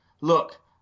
Look